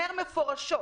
מפורשות,